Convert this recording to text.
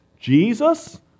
Jesus